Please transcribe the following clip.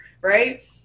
right